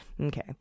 Okay